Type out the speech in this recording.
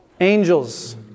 angels